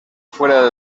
fuera